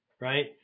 right